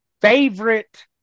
favorite